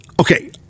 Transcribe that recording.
Okay